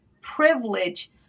privilege